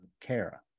Kara